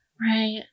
Right